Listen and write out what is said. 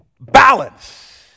balance